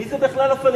מי זה בכלל הפלסטינים?